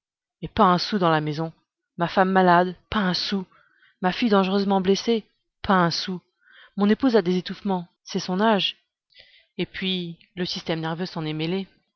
et pas un sou dans la maison ma femme malade pas un sou ma fille dangereusement blessée pas un sou mon épouse a des étouffements c'est son âge et puis le système nerveux s'en est mêlé